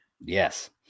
Yes